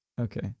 okay